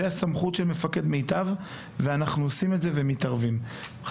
אם יש